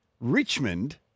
Richmond